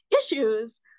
issues